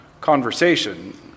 conversation